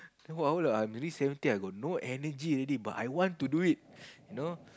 !wow! lah I'm already seventy I got no energy already but I want to do it you know